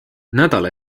nädala